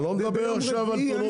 אני לא מדבר עכשיו על תאונות דרכים.